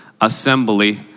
Assembly